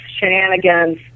shenanigans